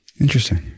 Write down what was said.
Interesting